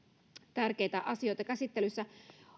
tärkeitä asioita käsittelyssä